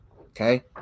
Okay